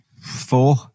Four